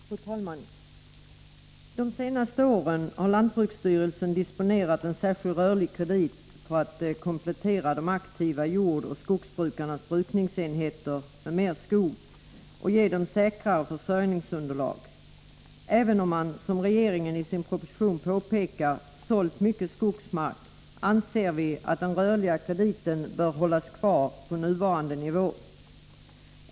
Fru talman! De senaste åren har lantbruksstyrelsen disponerat en särskild rörlig kredit för att komplettera de aktiva jordoch skogsbrukarnas brukningsenheter med mer skog och ge dem säkrare försörjningsunderlag. Även om man, som regeringen påpekar i sin proposition, sålde mycket skogsmark, anser vi att den rörliga krediten bör hållas kvar på nuvarande nivå.